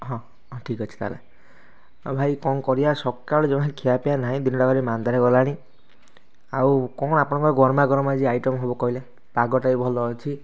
ହଁ ହଁ ଠିକ୍ ଅଛି ତାହେଲେ ଆଉ ଭାଇ କଣ କରିବା ସକାଳୁ ଜମା ଖିଆପିଆ ନାହିଁ ଦିନଟା ଭାରି ମାନ୍ଦାରେ ଗଲାଣି ଆଉ କଣ ଆପଣଙ୍କର ଗରମା ଗରମ ଆଜି ଆଇଟମ୍ ହେବ କହିଲେ ପାଗଟା ବି ଭଲ ଅଛି